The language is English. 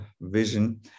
vision